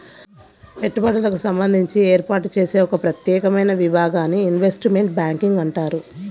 పెట్టుబడులకు సంబంధించి ఏర్పాటు చేసే ఒక ప్రత్యేకమైన విభాగాన్ని ఇన్వెస్ట్మెంట్ బ్యాంకింగ్ అంటారు